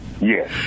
Yes